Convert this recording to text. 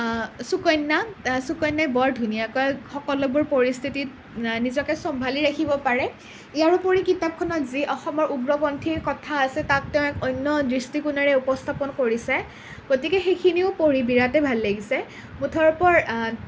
সুকন্যা সুকন্যাই বৰ ধুনীয়াকৈ সকলোবোৰ পৰিস্থিতিত নিজকে চম্ভালি ৰাখিব পাৰে ইয়াৰ উপৰি কিতাপখনত যি অসমৰ উগ্ৰপন্থীৰ কথা আছে তাক তেওঁ এক অন্য দৃষ্টিকোণেৰে উপস্থাপন কৰিছে গতিকে সেইখিনিও পঢ়ি বিৰাটেই ভাল লাগিছে মুঠৰ ওপৰত